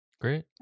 Great